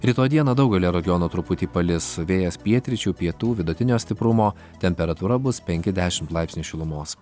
rytoj dieną daugelyje rajonų truputį palis vėjas pietryčių pietų vidutinio stiprumo temperatūra bus penki dešim laipsnių šilumos